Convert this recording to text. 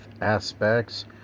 aspects